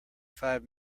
five